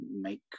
make